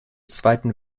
zweiten